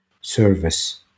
service